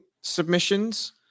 submissions